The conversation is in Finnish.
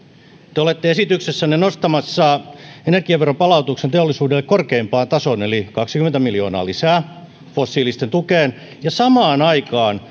te olette esityksessänne nostamassa energiaveron palautuksen teollisuudelle korkeimpaan tasoon eli kaksikymmentä miljoonaa lisää fossiilisten tukeen ja samaan aikaan